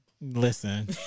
listen